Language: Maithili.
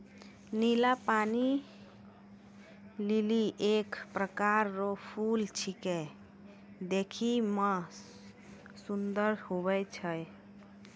नीला पानी लीली एक प्रकार रो फूल छेकै देखै मे सुन्दर हुवै छै